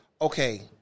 Okay